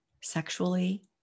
sexually